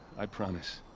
i promise.